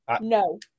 No